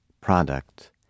product